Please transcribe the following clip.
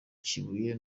kibuye